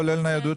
כולל ניידות,